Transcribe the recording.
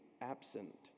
absent